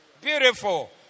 Beautiful